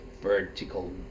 vertical